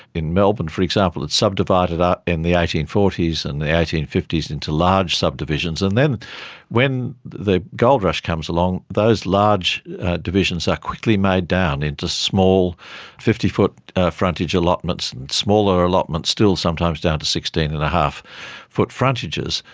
in melbourne for example it's subdivided ah in the eighteen forty s and the eighteen fifty s and into large subdivisions, and then when the gold rush comes along those large divisions are quickly made down into small fifty foot frontage allotments and smaller allotments still, sometimes down to sixteen. and five foot frontages.